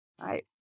Right